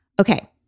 Okay